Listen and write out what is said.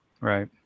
Right